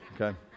Okay